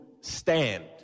stand